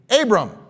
Abram